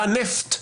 הנפט.